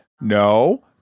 No